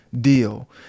deal